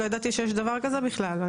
לא ידעתי שיש דבר כזה בכלל.